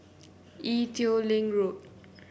Ee Teow Leng Road